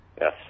Yes